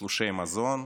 תלושי מזון,